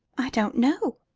i don't know.